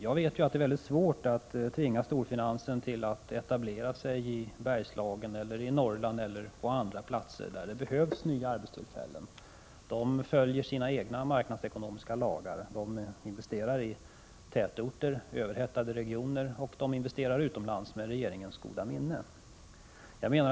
Jag vet att det är väldigt svårt att tvinga storfinansen att etablera sig i Bergslagen, i Norrland eller på andra platser där det behövs nya arbetstillfällen. Storfinansen följer sina egna marknadsekonomiska lagar. Den investerar i tätorter, överhettade regioner och utomlands med regeringens goda minne.